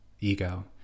ego